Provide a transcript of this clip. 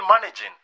managing